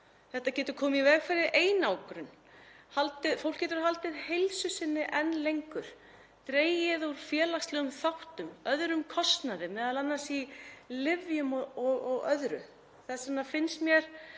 Þetta getur komið í veg fyrir einangrun, fólk getur haldið heilsu sinni enn lengur, getur dregið úr félagslegum þáttum, öðrum kostnaði, m.a. í lyfjum og öðru. Þess vegna finnst mér